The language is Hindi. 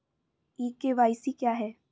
ई के.वाई.सी क्या है?